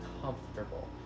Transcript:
comfortable